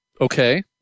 Okay